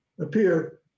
appear